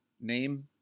name